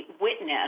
witness